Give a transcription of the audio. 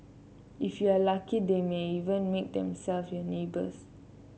if you are lucky they might even make themselves your neighbours